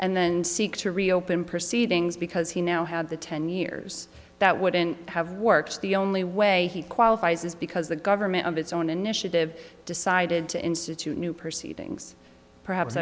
and then seek to reopen proceedings because he now had the ten years that wouldn't have worked the only way he qualifies is because the government of its own initiative decided to institute new perceive things perhaps